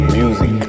music